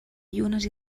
llunes